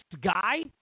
guy